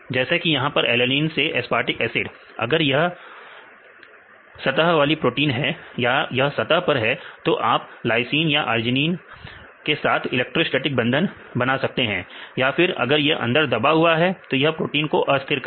जैसे कि यहां पर एलिनीन से अस्पर्टिक एसिड अगर यह सत्ता पर है तो आप लाइसीन या अर्जिनिन के साथ इलेक्ट्रोस्टेटिक बंधन बना सकते हैं या फिर अगर या अंदर दबा हुआ है तो या प्रोटीन को अस्थिर करेगा